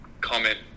comment